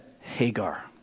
Hagar